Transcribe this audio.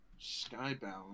Skybound